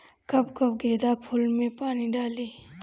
कब कब गेंदा फुल में पानी डाली?